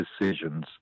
decisions